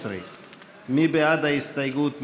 16. מי בעד ההסתייגות?